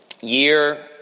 year